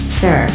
sir